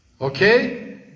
okay